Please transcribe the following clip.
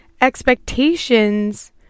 expectations